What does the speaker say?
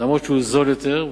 אף-על-פי שהוא זול יותר,